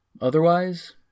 Otherwise